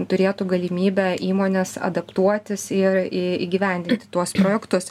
turėtų galimybę įmonės adaptuotis ir į įgyvendinti tuos projektus